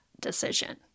decision